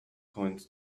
coins